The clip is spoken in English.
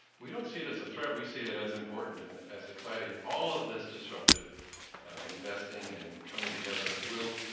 we don't see it as a threat, we see it as important and as exciting. all of this disruptive investing and coming together will,